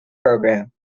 program